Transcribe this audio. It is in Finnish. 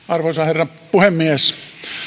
arvoisa herra puhemies